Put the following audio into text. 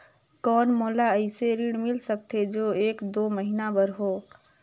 कौन मोला अइसे ऋण मिल सकथे जो एक दो महीना बर हो?